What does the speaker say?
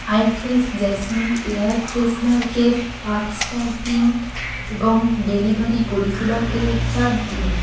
Hi-Fresh jasmine air ফ্রেশনারকে পাঁচ star দিন এবং ডেলিভারি পরিষেবাকে চার দিন